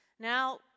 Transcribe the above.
Now